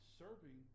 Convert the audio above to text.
serving